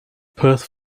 perth